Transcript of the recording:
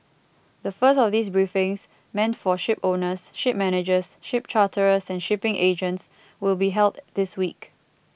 the first of these briefings meant for shipowners ship managers ship charterers and shipping agents will be held this week